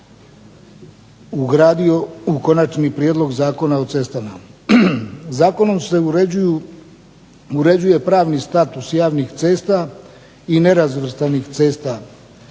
ugradio u Konačni prijedlog zakona o cestama. Zakonom se uređuje pravni status javnih cesta i nerazvrstanih cesta,